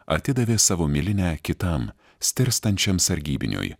atidavė savo milinę kitam stirstančiam sargybiniui